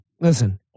Listen